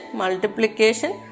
multiplication